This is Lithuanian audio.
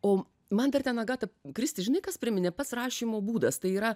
o man dar ten agata kristi žinai kas priminė pats rašymo būdas tai yra